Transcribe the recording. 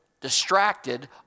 distracted